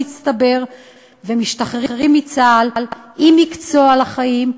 והם משתחררים מצה"ל עם מקצוע לחיים,